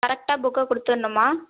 கரெட்டாக புக்கை கொடுத்துறணும்மா